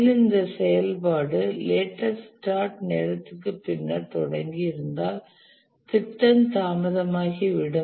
மேலும் இந்த செயல்பாடு லேட்டஸ்ட் ஸ்டார்ட் நேரத்திற்கு பின்னர் தொடங்கியிருந்தால் திட்டம் தாமதமாகிவிடும்